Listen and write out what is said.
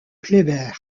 kléber